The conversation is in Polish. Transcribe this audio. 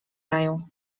dają